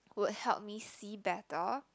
would help me see better